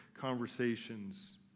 conversations